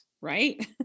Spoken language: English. right